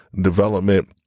development